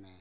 ᱢᱮ